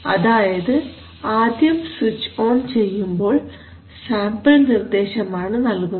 അതായത് ആദ്യം switch on ചെയ്യുമ്പോൾ സാമ്പിൾ നിർദ്ദേശമാണ് നൽകുന്നത്